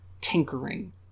tinkering